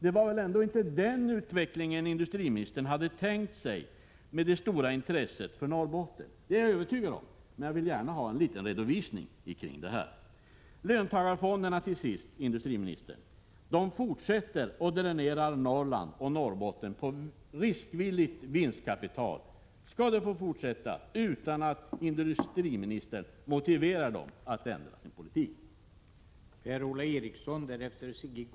Det var väl ändå inte den utvecklingen industriministern hade tänkt sig mot bakgrund av det stora intresset för Norrbotten. Det är jag övertygad om, men jag vill gärna ha en liten redovisning kring detta. Löntagarfonderna, till sist, fortsätter att dränera Norrland och Norrbotten på riskvilligt vinstkapital. Skall det få fortsätta utan att industriministern motiverar dem att vända sin politik?